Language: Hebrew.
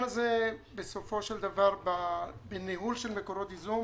הזה בסופו של דבר בניהול של מקורות ייזום